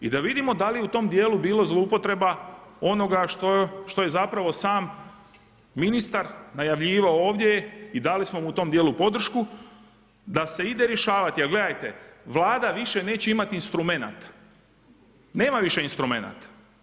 I da vidimo da li je u tom djelu bilo zloupotreba onoga što je zapravo sam ministar najavljivao ovdje i dali smo u tome djelu podršku da se ide rješavati jer gledajte, Vlada više neće imati instrumenata, nema više instrumenata.